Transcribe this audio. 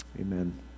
Amen